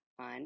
on